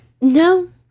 No